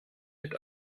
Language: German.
mit